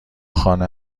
خانه